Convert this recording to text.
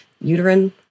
uterine